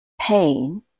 pain